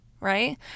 right